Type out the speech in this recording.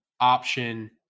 option